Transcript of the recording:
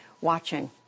watching